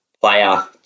player